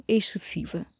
excessiva